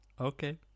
Okay